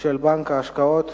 של בנק ההשקעות